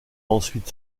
ensuite